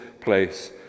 place